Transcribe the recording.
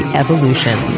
evolution